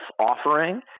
offering